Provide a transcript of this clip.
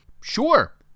Sure